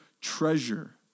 treasure